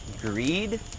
greed